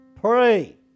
Pray